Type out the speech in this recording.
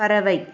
பறவை